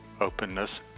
openness